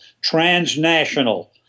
transnational